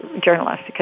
journalist